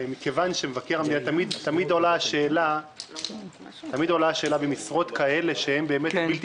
אבל תמיד עולה השאלה במשרות שהן בלתי